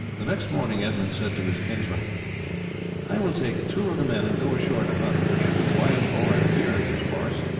the next morning edmund said to his kinsman i will take two of the men and go ashore to hunt there should be wild boar and deer in these forests,